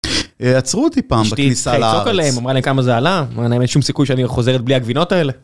עצרו אותי פעם בכניסה לארץ. אשתי התחילה לצעוק עליהם, אמרה להם כמה זה עלה, אין שום סיכוי שאני חוזרת בלי הגבינות האלה